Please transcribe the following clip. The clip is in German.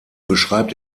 beschreibt